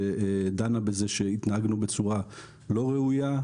שדנה בזה שהתנהגנו בצורה לא ראויה.